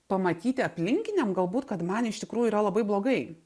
pamatyti aplinkiniam galbūt kad man iš tikrųjų yra labai blogai